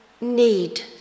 need